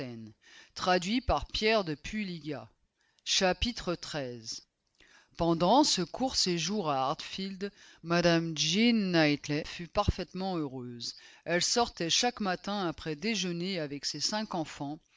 pendant ce court séjour à hartfield mme jean knightley fut parfaitement heureuse elle sortait chaque matin après déjeuner avec ses cinq enfants